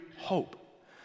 hope